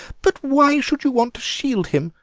but why should you want to shield him?